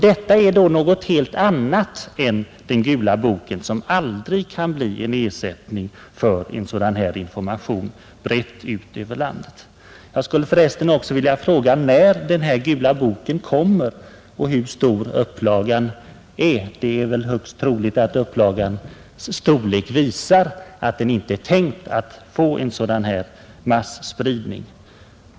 Detta är något helt annat än ”Gula Boken”, som aldrig kan bli en ersättning för en sådan här bred information effektivt spridd över landet. Jag skulle för resten också vilja fråga när ”Gula Boken” kommer ut och hur stor upplagan är. Det är högst troligt att upplagans storlek visar att boken just inte är tänkt att få masspridning.